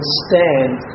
stand